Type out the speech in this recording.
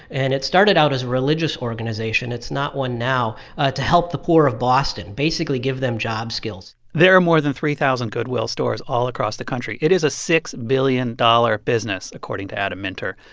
and it started out as a religious organization it's not one now to help the poor of boston, basically give them job skills there are more than three thousand goodwill stores all across the country. it is a six billion dollars business, according to adam minter,